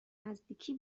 نزدیکی